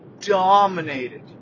dominated